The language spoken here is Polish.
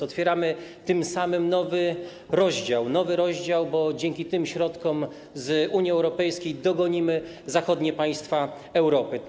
Otwieramy tym samym nowy rozdział, bo dzięki tym środkom z Unii Europejskiej dogonimy zachodnie państwa Europy.